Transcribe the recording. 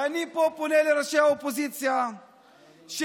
ואני פה פונה לראשי האופוזיציה שצריך